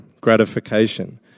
gratification